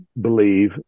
believe